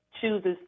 chooses